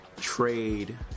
trade